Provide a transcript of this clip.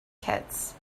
kids